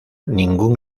ningún